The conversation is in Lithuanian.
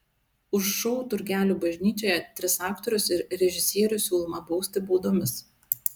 už šou turgelių bažnyčioje tris aktorius ir režisierių siūloma bausti baudomis